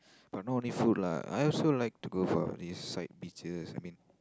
but not only food lah I also like to go for this side beaches I mean